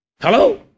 Hello